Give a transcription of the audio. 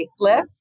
facelift